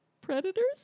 predators